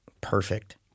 Perfect